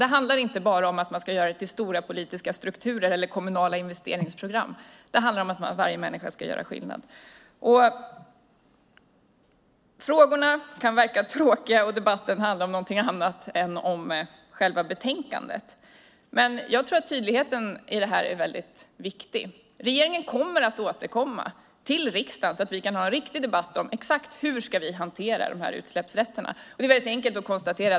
Det handlar inte bara om att man ska göra det till stora politiska strukturer eller kommunala investeringsprogram utan om att varje människa ska göra skillnad. Frågorna kan verka tråkiga och debatten handla om något annat än själva betänkandet, men jag tror att tydligheten i detta är viktig. Regeringen kommer att återkomma till riksdagen så att vi kan ha en riktig debatt om hur vi exakt ska hantera dessa utsläppsrätter.